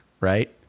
right